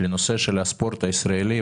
לנושא של הספורט הישראלי,